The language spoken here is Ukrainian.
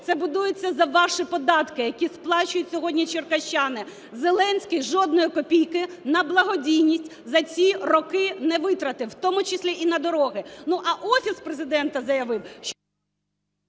це будується за ваші податки, які сплачують сьогодні черкащани. Зеленський жодної копійки на благодійність за ці роки не витратив, в тому числі і на дороги. А Офіс Президента заявив, що…